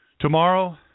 Tomorrow